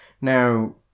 Now